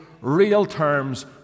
real-terms